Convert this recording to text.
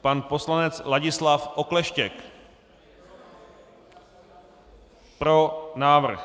Pan poslanec Ladislav Okleštěk: Pro návrh.